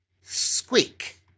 squeak